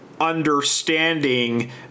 understanding